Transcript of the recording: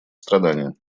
страдания